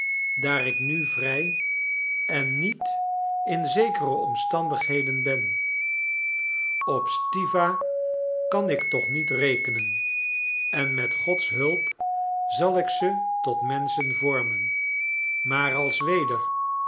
daar ik nu vrij en niet in zekere omstandigheden ben op stiwa kan ik toch niet rekenen en met gods hulp zal ik ze tot menschen vormen maar als weder